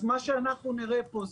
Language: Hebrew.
מה שאנחנו נראה פה,